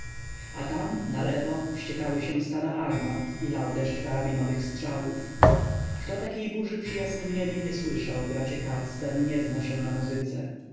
a tam nalewo wściekały się stada armat i lał deszcz karabinowych strzałów kto takiej burzy przy jasnym niebie nie słyszał bracie katz ten nie zna się na muzyce